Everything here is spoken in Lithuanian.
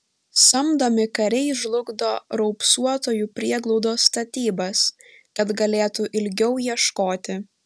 samdomi kariai žlugdo raupsuotųjų prieglaudos statybas kad galėtų ilgiau ieškoti